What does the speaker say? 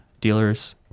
dealers